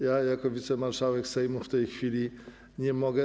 Jako wicemarszałek Sejmu w tej chwili nie mogę.